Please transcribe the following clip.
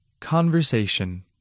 Conversation